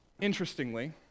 Interestingly